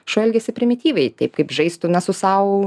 šuo elgiasi primityviai taip kaip žaistų na su sau